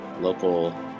local